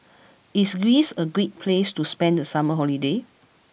is Greece a great place to spend the summer holiday